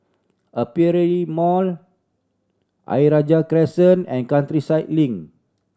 Aperia Mall Ayer Rajah Crescent and Countryside Link